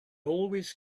always